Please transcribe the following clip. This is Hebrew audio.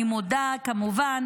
אני מודה כמובן